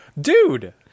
Dude